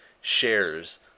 shares